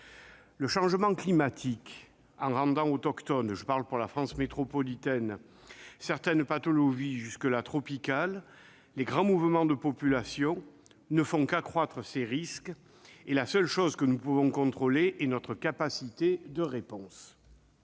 Le changement climatique, en rendant autochtone à la France métropolitaine certaines pathologies jusque-là tropicales, et les grands mouvements de population ne font qu'accroître ces risques, et la seule chose que nous pouvons contrôler est notre capacité de réponse.